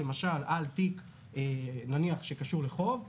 למשל על תיק שקשור לחוב,